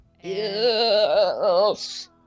Yes